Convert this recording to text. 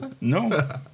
No